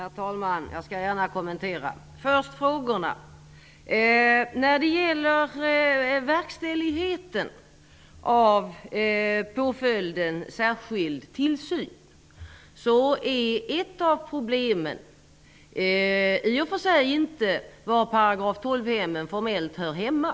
Herr talman! Jag skall gärna kommentera detta. Låt mig ta frågorna först. När det gäller verkställigheten av påföljden särskild tillsyn är det inte något problem var § 12-hemmen formellt hör hemma.